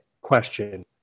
question